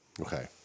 okay